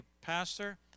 Pastor